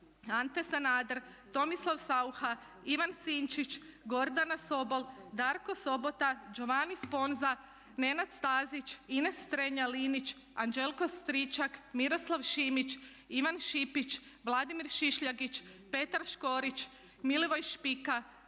Ante Sanader, Tomislav Saucha, Ivan Sinčić, Gordana Sobol, Darko Sobota, Giovanni Sponza, Nenad Stazić, Ines Strenja Linić, Anđelko Stričak, Miroslav Šimić, Ivan Šipić, Vladimir Šišljagić, Petar Škorić, Milivoj Špika,